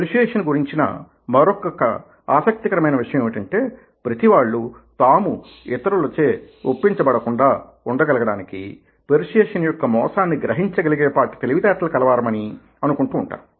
persuasion గురించిన మరొక ఆసక్తికరమైన విషయం ఏమిటంటే ప్రతి వాళ్ళు తాము ఇతరుల చే ఒప్పించ బడకుండా ఉండగలగడానికీపెర్స్యుయేన్ యొక్క మోసాన్ని గ్రహించగలిగే పాటి తెలివితేటలు కలవారమనీ అనుకుంటూ ఉంటారు